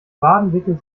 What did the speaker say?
wadenwickel